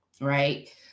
right